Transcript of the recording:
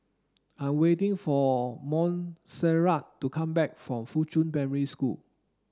I'm waiting for Montserrat to come back from Fuchun Primary School